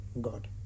god